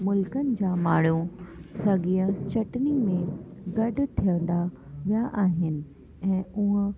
मुल्क़नि जा माण्हू साॻीअ चटिनीनि में गॾु थियंदा विया आहिनि ऐं ऊअं